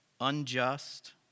unjust